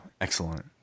excellent